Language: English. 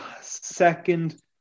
second